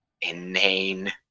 inane